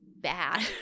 bad